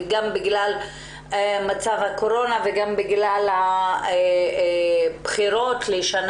גם בגלל הקורונה וגם בגלל הבחירות במשך